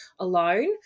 alone